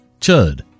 Chud